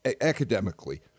academically